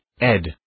ed